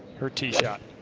her tee shot.